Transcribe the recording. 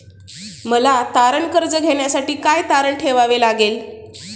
मला तारण कर्ज घेण्यासाठी काय तारण ठेवावे लागेल?